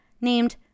named